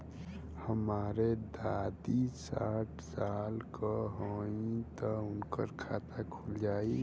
हमरे दादी साढ़ साल क हइ त उनकर खाता खुल जाई?